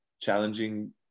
challenging